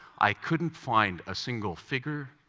i couldn't find a single figure,